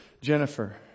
Jennifer